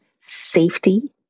safety